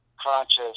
conscious